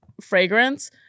fragrance